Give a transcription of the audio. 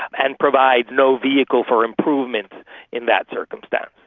and provides no vehicle for improvement in that circumstance.